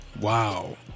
Wow